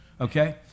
okay